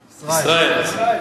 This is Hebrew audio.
ישראל,